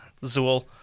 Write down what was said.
Zool